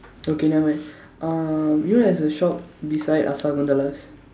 okay nevermind uh you know there's a shop beside ah Sakunthala's